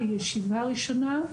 לישיבה הראשונה,